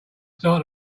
start